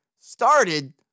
started